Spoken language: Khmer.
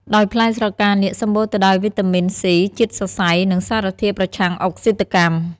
ដោយផ្លែស្រកានាគ សំបូរទៅដោយ វីតាមីន ស៊ី ជាតិសរសៃ និងសារធាតុប្រឆាំងអុកស៊ីតកម្ម។